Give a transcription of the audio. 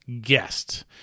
guest